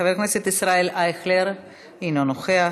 חבר הכנסת ישראל אייכלר, אינו נוכח.